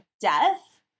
death